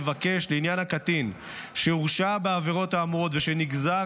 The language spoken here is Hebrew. לעניין הקטין שהורשע בעבירות האמורות ושנגזר